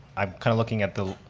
i'm kind of looking at the,